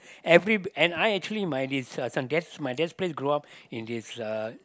every and I actually my this uh this one dad's my dad's place grew up in this uh